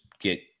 get